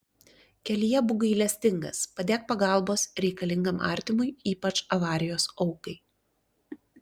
kelyje būk gailestingas padėk pagalbos reikalingam artimui ypač avarijos aukai